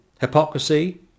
hypocrisy